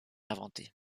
inventée